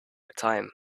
time